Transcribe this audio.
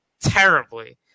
terribly